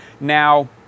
Now